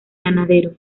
ganadero